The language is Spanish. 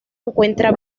encuentra